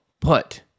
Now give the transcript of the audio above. put